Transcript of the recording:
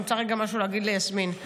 אני רוצה רגע משהו להגיד ליסמין,